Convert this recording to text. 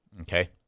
Okay